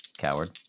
coward